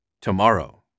tomorrow